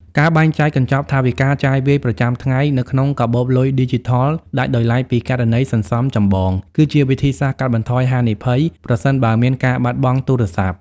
ការបែងចែកកញ្ចប់ថវិកាចាយវាយប្រចាំថ្ងៃទៅក្នុងកាបូបលុយឌីជីថលដាច់ដោយឡែកពីគណនីសន្សំចម្បង គឺជាវិធីសាស្ត្រកាត់បន្ថយហានិភ័យប្រសិនបើមានការបាត់បង់ទូរស័ព្ទ។